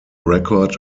record